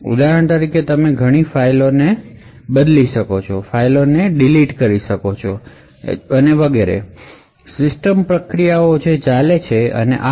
ઉદાહરણ તરીકે તમે ઘણી ફાઇલોને મેનીપુલતે કરી શકશો ફાઇલોને ડિલીટ શકો છો સિસ્ટમ માં જે પ્રોસેસઓ ચાલે છે તે તમે જોઈ શકો છો